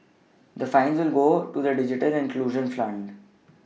the fines will go to the digital inclusion fund